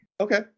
Okay